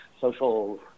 social